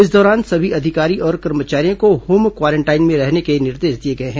इस दौरान सभी अधिकारी और कर्मचारियों को होम क्वारेंटाइन में रहने के निर्देश दिए गए हैं